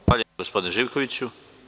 Zahvaljujem, gospodine Živkoviću.